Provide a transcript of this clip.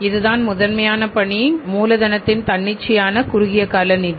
இதுதான் முதன்மையான பணி மூலதனதின் தன்னிச்சையான குறுகிய கால நிதி